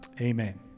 amen